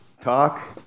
talk